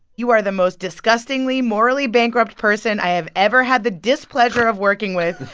you are the most disgustingly morally bankrupt person i have ever had the displeasure of working with.